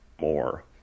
more